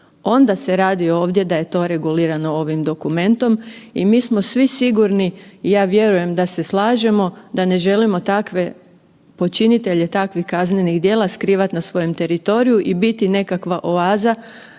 onda se radi ovdje da je to regulirano ovim dokumentom. I mi smo svi sigurni i ja vjerujem da se slažemo da ne želimo takve počinitelje takvih kaznenih djela skrivati na svojem teritoriju i biti nekakva oaza